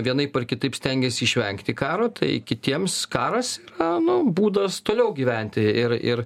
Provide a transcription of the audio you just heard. vienaip ar kitaip stengiasi išvengti karo tai kitiems karas manau būdas toliau gyventi ir ir